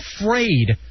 afraid